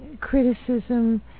criticism